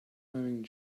wearing